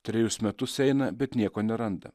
trejus metus eina bet nieko neranda